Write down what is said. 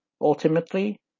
Ultimately